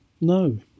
no